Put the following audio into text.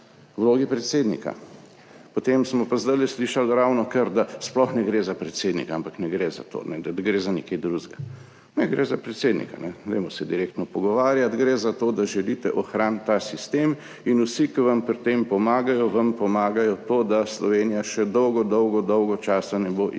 vlogi predsednika, potem smo pa zdajle slišali ravnokar, da sploh ne gre za predsednika, ne gre za to, ampak da gre za nekaj drugega. Ne, gre za predsednika, dajmo se direktno pogovarjati. Gre za to, da želite ohraniti ta sistem, in vsi, ki vam pri tem pomagajo, vam pomagajo tako, da Slovenija še dolgo dolgo dolgo časa ne bo imela